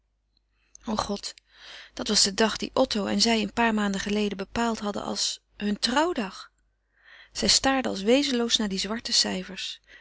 o god dat was de dag dien otto en zij een paar maanden geleden bepaald hadden als hun trouwdag zij staarde als wezenloos naar die zwarte cijfers